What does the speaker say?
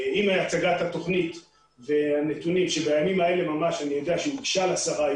הצגת התוכנית והנתונים שבימים האלה ממש אני יודע שהוגשו לשרה,